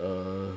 err